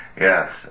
Yes